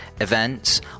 events